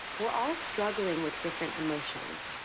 we're all struggling with different emotions.